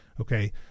Okay